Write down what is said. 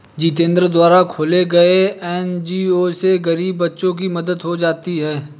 जितेंद्र द्वारा खोले गये एन.जी.ओ से गरीब बच्चों की मदद हो जाती है